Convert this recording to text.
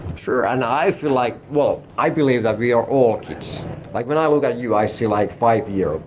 sure, and i feel like, well, i believe that we are all kids like when i look at you, i see like five year old